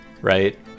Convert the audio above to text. right